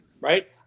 right